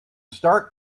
start